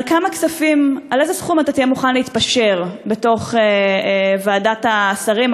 על איזה סכום תהיה מוכן להתפשר בוועדת השרים,